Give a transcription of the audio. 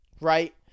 Right